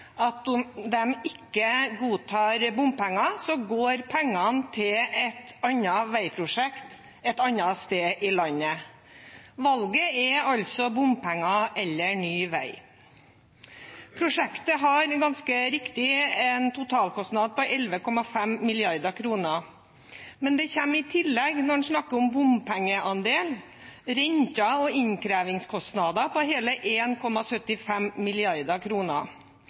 hvis de ikke godtar bompenger, går pengene til et annet veiprosjekt et annet sted i landet. Valget er altså bompenger eller ingen vei. Prosjektet har ganske riktig en totalkostnad på 11,5 mrd. kr, men i tillegg kommer det, når en snakker om bompengeandel, renter og innkrevingskostnader på hele